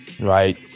Right